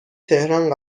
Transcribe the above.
تهران